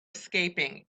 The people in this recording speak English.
escaping